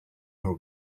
her